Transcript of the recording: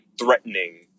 threatening